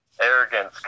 arrogance